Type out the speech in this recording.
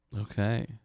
Okay